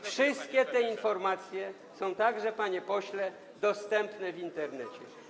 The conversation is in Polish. Wszystkie te informacje są także, panie pośle, dostępne w Internecie.